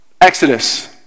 Exodus